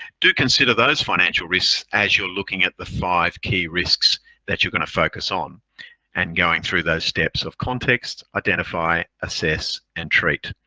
do consider those financial risks as you're looking at the five key risks that you're going to focus on and going through those steps of context, identify, assess and treat.